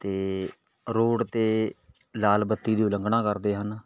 ਅਤੇ ਰੋਡ 'ਤੇ ਲਾਲ ਬੱਤੀ ਦੀ ਉਲੰਘਣਾ ਕਰਦੇ ਹਨ